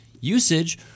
usage